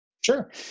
Sure